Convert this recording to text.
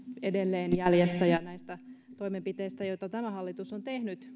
edelleen jäljessä ja näistä positiivisista toimenpiteistä huolimatta joita tämä hallitus on tehnyt